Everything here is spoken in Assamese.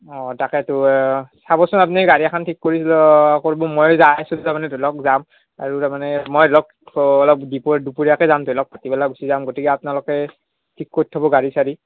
অঁ তাকেতো চাবচোন আপনি গাড়ী এখন ঠিক কৰি কৰিব মই যাই আছোঁ তাৰমানে ধৰি লওক যাম আৰু তাৰমানে মই লগ অলপ দীপৰিয়া দুপৰীয়াকৈ যাম ধৰি লওক ভাটিবেলা গুছি যাম গতিকে আপনালোকে ঠিক কৰি থ'ব গাড়ী চাৰি